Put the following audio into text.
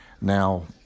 Now